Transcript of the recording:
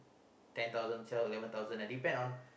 ten thousand shelf eleven thousand ah depend on